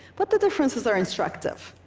but the differences are instructive.